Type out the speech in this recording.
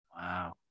Wow